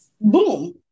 Boom